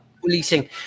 Policing